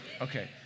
Okay